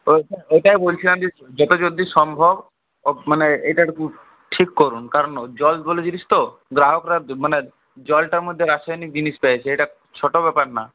ওইটাই ওইটাই বলছিলাম যে যত জলদি সম্ভব ওপ মানে এটা একটু ঠিক করুন কারণ জল বলে জিনিস তো গ্রাহকরা মানে জলটার মধ্যে রাসায়নিক জিনিস পেয়েছে এটা ছোটো ব্যাপার না